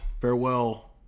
farewell